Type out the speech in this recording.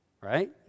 Right